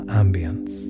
ambience